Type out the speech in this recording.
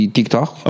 TikTok